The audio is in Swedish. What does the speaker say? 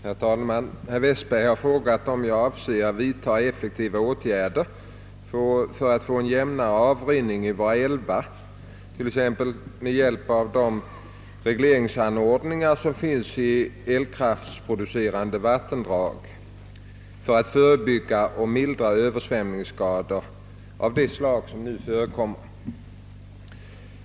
Herr talman! Herr Westberg har frågat om jag avser att vidta effektiva åtgärder för att få en jämnare avrinning i våra älvar — t.ex. med hjälp av de regleringsanordningar som finns i de elkraftproducerande vattendragen — för att förebygga och mildra översvämningsskador av det slag som nu förekommer.